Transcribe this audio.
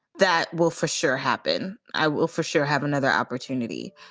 that will for sure happen. i will for sure have another opportunity